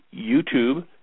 YouTube